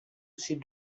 ces